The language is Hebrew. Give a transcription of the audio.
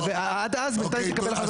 ועד אז, בינתיים תתקבל החלטת וועדה.